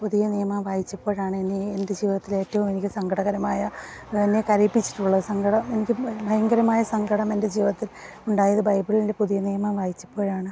പുതിയ നിയമം വായിച്ചപ്പോഴാണ് എന്നെ എൻ്റെ ജീവിതത്തിലെ ഏറ്റവും എനിക്ക് സങ്കടകരമായ എന്നെ കരയിപ്പിച്ചിട്ടുള്ള സങ്കടം എനിക്ക് ഭയങ്കരമായ സങ്കടം എൻ്റെ ജീവിതത്തിൽ ഉണ്ടായത് ബൈബിളിൻറ്റെ പുതിയ നിയമം വായിച്ചപ്പോഴാണ്